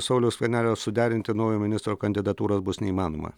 sauliaus skvernelio suderinti naujo ministro kandidatūros bus neįmanoma